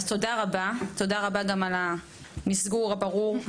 אז תודה רבה, גם על המסגור הברור.